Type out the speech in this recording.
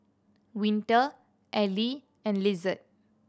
Winter Ally and Lizette